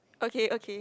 okay okay